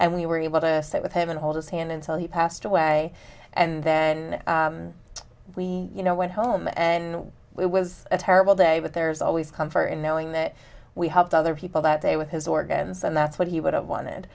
and we were able to sit with him and hold his hand until he passed away and then we you know went home and it was a terrible day but there's always come for in knowing that we helped other people that day with his organs and that's what he would have wanted